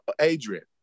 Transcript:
Adrian